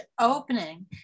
opening